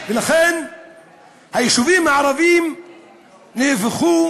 היישובים הערביים נהפכו